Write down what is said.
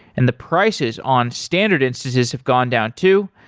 and the prices on standard instances have gone down too.